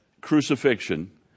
crucifixion